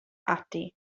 ati